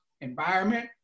environment